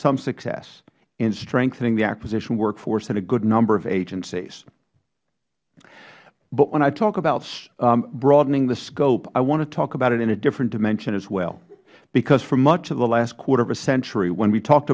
some success in strengthening the acquisition workforce at a good number of agencies but when i talk about broadening the scope i want to talk about it in a different dimension as well because for much of the last quarter of a century when we talked